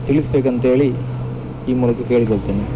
ತಿಳಿಸ್ಬೇಕು ಅಂಥೇಳಿ ಈ ಮೂಲಕ ಕೇಳಿಕೊಳ್ತೇನೆ